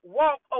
walk